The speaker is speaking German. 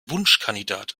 wunschkandidat